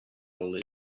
all